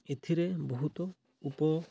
ଏଥିରେ ବହୁତ ଉପ